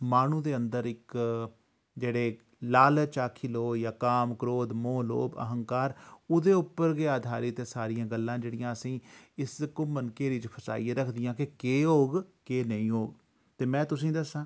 माहनू दे अंदर इक जेह्ड़े लालच आक्खी लैओ जां कम्म क्रोध मोह् लुब्भ अहंकार ओह्दे उप्पर गै आधारित ऐ सारियां गल्लां जेहड़ियां असें गी इस घुम्मन घेरी च फसाइयै रखदियां के केह् होग केह् नेईं होग ते में तुसें गी दस्सां